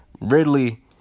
Ridley